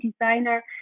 designer